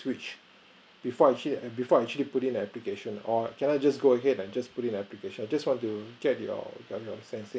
switch before I actually before I actually put in an application or can I just go ahead and just put in an application just want to get your your your sensing